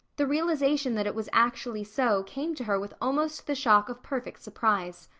the realization that it was actually so came to her with almost the shock of perfect surprise.